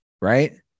right